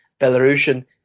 Belarusian